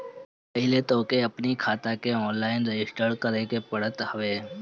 पहिले तोहके अपनी खाता के ऑनलाइन रजिस्टर करे के पड़त हवे